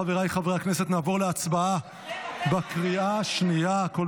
חבריי חברי הכנסת, נעבור להצבעה בקריאה השנייה.